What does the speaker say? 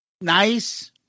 Nice